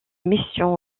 émissions